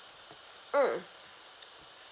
mm